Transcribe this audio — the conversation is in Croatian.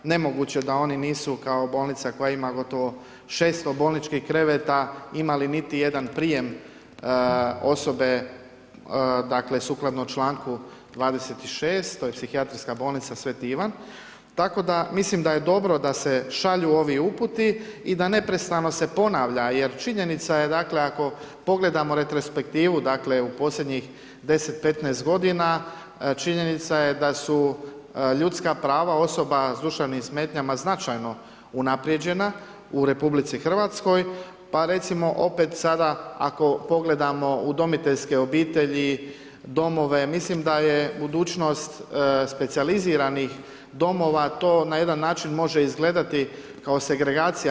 Nemoguće da oni nisu kao bolnica koja ima gotovo 600 bolničkih kreveta imali niti jedan prijem osobe sukladno članku 26. to je psihijatrijska bolnica Sveti Ivan, tako da mislim da je dobro da se šalju ovi uputi i da neprestano se ponavlja jer činjenica je ako pogledamo retrospektivu u posljednjih 10, 15 godina, činjenica je da su ljudska prava osoba s duševnim smetnjama značajno unaprijeđena u RH pa recimo opet sada ako pogledamo udomiteljske obitelji, domove, mislim da je budućnost specijaliziranih domova to na jedan način može izgledati kao segregacija.